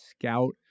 Scout